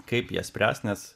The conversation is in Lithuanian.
kaip jie spręs nes